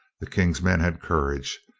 the king's men had courage.